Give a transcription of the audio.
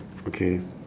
okay